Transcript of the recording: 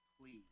Please